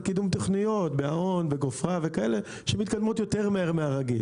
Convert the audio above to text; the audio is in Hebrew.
קידום תכניות בהאון וגופרה וכאלה שמתקדמות יותר מהר מהרגיל.